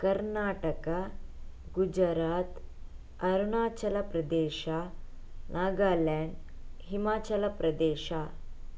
Karnataka Gujarat Arunachal Pradesh Nagaland Himachal Pradesh